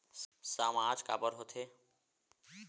सामाज काबर हो थे?